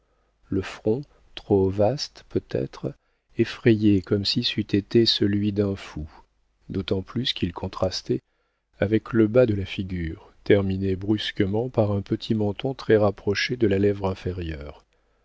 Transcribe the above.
le front trop vaste peut-être effrayait comme si c'eût été celui d'un fou d'autant plus qu'il contrastait avec le bas de la figure terminée brusquement par un petit menton très rapproché de la lèvre inférieure